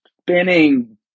spinning